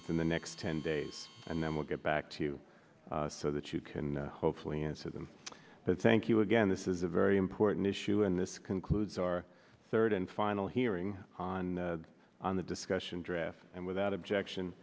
within the next ten days and then we'll get back to you so that you can hopefully answer them but thank you again this is a very important issue in this concludes our third and final hearing on on the discussion draft and without objection